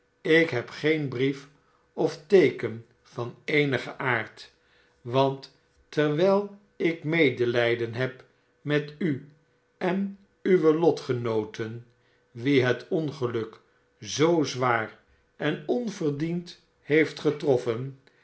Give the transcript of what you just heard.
ik heb geen bnef ffteeken van eenigen aard want terwijl ik medehjden heb met u en uwe lotgenoten wie het ongeluk zoo zwaax en onverdiend heeft getroffen